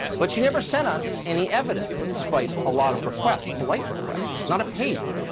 but she never sent us any evidence, despite a lot of requests polite requests. not a page.